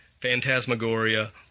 Phantasmagoria